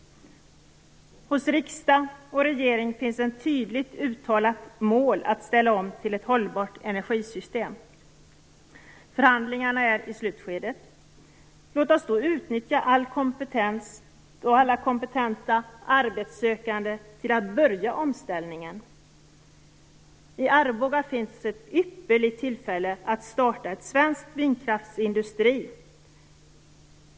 Hos riksdag och regering finns ett tydligt uttalat mål att ställa om till ett hållbart energisystem. Förhandlingarna är i slutskedet. Låt oss då utnyttja alla kompetenta arbetssökande till att börja omställningen! I Arboga finns ett ypperligt tillfälle att starta en svensk vindkraftsindustri.